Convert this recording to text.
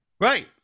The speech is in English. Right